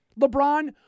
LeBron